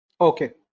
okay